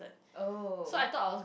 oh